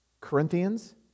Corinthians